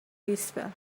whisper